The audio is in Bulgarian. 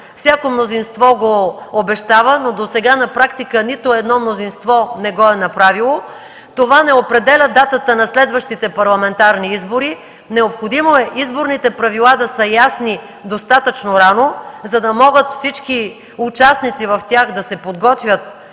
Всяко мнозинство го обещава, но досега на практика нито едно мнозинство не го е направило. Това не определя датата на следващите парламентарни избори. Необходимо е изборните правила да са ясни достатъчно рано, за да могат всички участници в тях да се подготвят